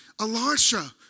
Elisha